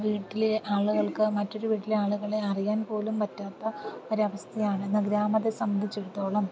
വീട്ടിലെ ആളുകൾക്ക് മറ്റൊരു വീട്ടിലെ ആളുകളെ അറിയാൻ പോലും പറ്റാത്ത ഒരു അവസ്ഥയാണ് എന്ന ഗ്രാമത്തെ സംബന്ധിച്ചിടത്തോളം